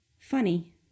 Funny